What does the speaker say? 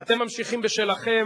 אתם ממשיכים בשלכם,